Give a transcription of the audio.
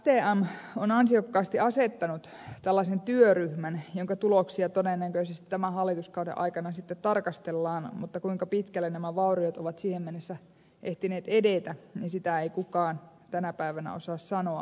stm on ansiokkaasti asettanut tällaisen työryhmän jonka tuloksia todennäköisesti tämän hallituskauden aikana sitten tarkastellaan mutta kuinka pitkälle nämä vauriot ovat siihen mennessä ehtineet edetä sitä ei kukaan tänä päivänä osaa sanoa